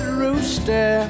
rooster